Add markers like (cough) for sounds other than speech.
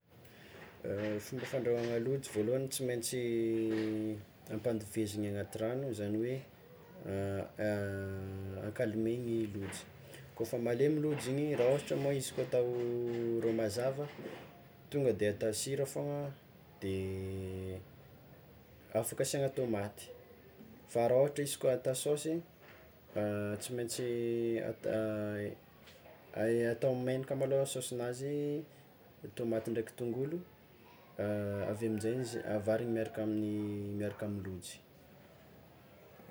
(hesitation) Fomba fandrahoana lojy voalohany, tsy maintsy ampandeveziny agnaty ragno zagny hoe (hesitation) ankalemegny lojy, kôfa malemy lojy igny raha ohatra moa izy koa atao ro mazava tonga de atao sira fôgna de afaky asiagna tômaty, fa raha ôhatra izy koa atao saosy, (hesitation) tsy maintsy ata- (hesitation) ah- atao megnaka malôha saosinazy tômaty ndraiky tongolo (hesitation) aveo aminjay izy avarigny miaraka amy lojy.